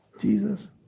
Jesus